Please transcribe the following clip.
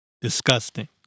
disgusting